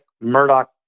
Murdoch